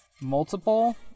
multiple